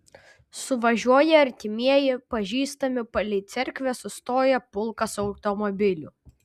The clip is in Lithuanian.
suvažiuoja artimieji pažįstami palei cerkvę sustoja pulkas automobilių